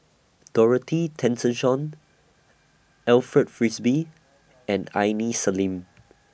Dorothy Tessensohn Alfred Frisby and Aini Salim